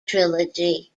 trilogy